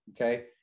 Okay